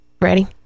Ready